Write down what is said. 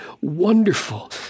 wonderful